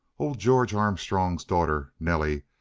old george armstrong's daughter, nelly,